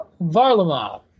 Varlamov